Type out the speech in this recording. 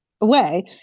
away